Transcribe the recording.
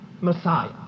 Messiah